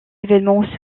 événements